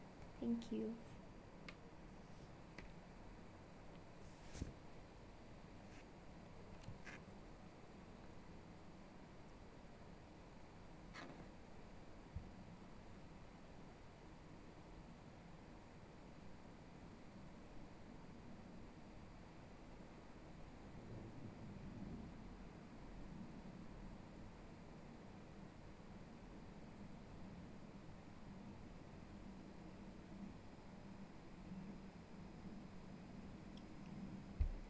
thank you